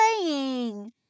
playing